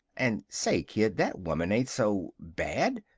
and say, kid, that woman ain't so bad.